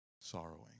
sorrowing